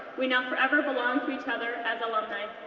we now forever belong to each other as alumni.